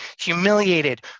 humiliated